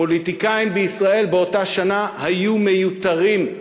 הפוליטיקאים בישראל באותה שנה היו מיותרים,